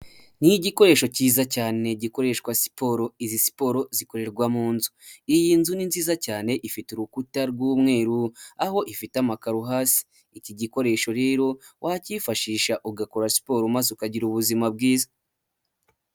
Ni igikoresho cyiza cyane gikoreshwa siporo, izi siporo zikorerwa mu nzu, iy'inzu ni nziza cyane ifite urukuta rw'umweru aho ifite amakaru hasi, iki gikoresho rero wacyifashisha ugakora siporo maze ukagira ubuzima bwiza.